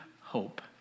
hope